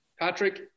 Patrick